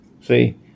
See